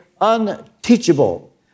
unteachable